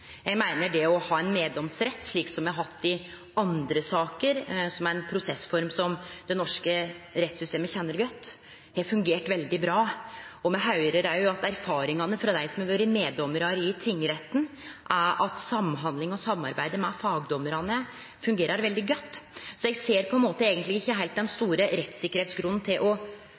Eg meiner at det å ha ein meddomsrett, slik ein har hatt i andre saker – som er ei prosessform som det norske rettssystemet kjenner godt – har fungert veldig bra. Me høyrer òg at erfaringane frå dei som har vore meddommarar i tingretten, er at samhandling og samarbeid med fagdommarane fungerer veldig godt. Så eg ser eigentleg ikkje heilt den store rettssikkerheitsgrunnen for ikkje å